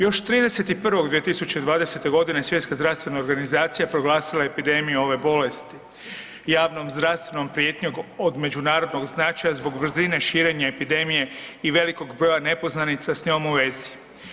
Još 31. siječnja 2020. godine Svjetska zdravstvena organizacija proglasila je epidemiju ove bolesti, javnom zdravstvenom prijetnjom od međunarodnog značaja zbog brzine širenja epidemije i velikog broja nepoznanica s njom u vezi.